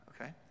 okay